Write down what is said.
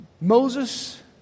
Moses